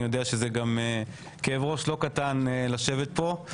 אני יודע שזה גם כאב ראש לא קטן לשבת פה.